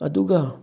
ꯑꯗꯨꯒ